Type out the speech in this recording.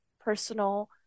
personal